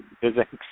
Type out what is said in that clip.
physics